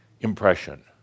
impression